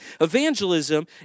evangelism